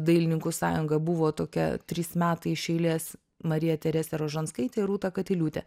dailininkų sąjunga buvo tokia trys metai iš eilės marija teresė rožanskaitė ir rūta katiliūtė